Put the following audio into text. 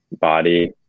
body